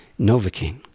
Novocaine